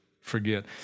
forget